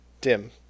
Dim